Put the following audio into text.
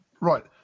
Right